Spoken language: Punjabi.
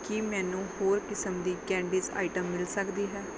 ਕੀ ਮੈਨੂੰ ਹੋਰ ਕਿਸਮ ਦੀ ਕੈਂਡੀਜ਼ ਆਈਟਮ ਮਿਲ ਸਕਦੀ ਹੈ